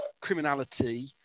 criminality